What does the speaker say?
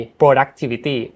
productivity